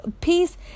peace